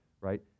right